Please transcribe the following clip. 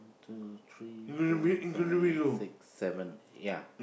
two three four five six seven ya